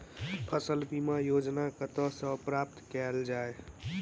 फसल बीमा योजना कतह सऽ प्राप्त कैल जाए?